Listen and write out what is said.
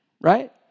Right